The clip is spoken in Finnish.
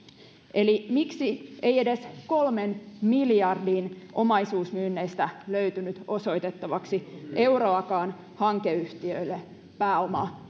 eli miksi ei edes kolmen miljardin omaisuusmyynneistä löytynyt osoitettavaksi euroakaan hankeyhtiöille pääomaa